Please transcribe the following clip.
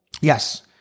Yes